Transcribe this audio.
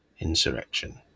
Insurrection